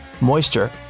moisture